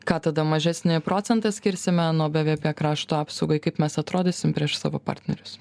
ką tada mažesnį procentą skirsime nuo bvp krašto apsaugai kaip mes atrodysim prieš savo partnerius